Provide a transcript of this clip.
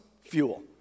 fuel